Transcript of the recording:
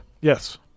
Yes